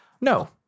No